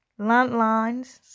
Landlines